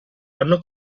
hanno